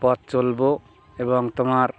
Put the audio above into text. পথ চলবো এবং তোমার